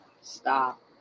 Stop